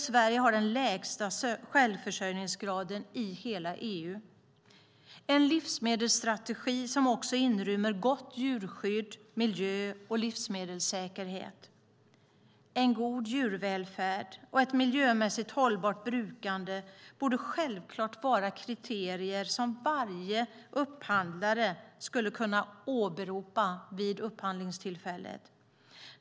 Sverige har den lägsta självförsörjningsgraden i hela EU. En livsmedelsstrategi ska också inrymma gott djurskydd, miljö och livsmedelssäkerhet. En god djurvälfärd och ett miljömässigt hållbart brukande borde självklart vara kriterier som varje upphandlare kan åberopa vid upphandlingstillfället.